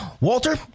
Walter